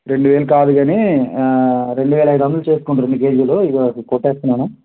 రెండువేలు కాదు కానీ రెండువేల ఐదు వందలు చేసుకోండి రెండు కేజీలు ఇదిగో అది కొట్టేస్తున్నాను